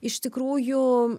iš tikrųjų